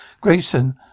Grayson